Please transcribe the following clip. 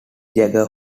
jagger